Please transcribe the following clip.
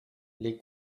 les